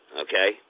Okay